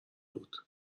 بود